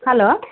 hello